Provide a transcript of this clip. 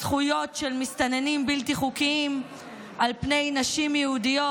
זכויות של מסתננים בלתי חוקיים על פני נשים יהודיות,